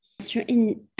certain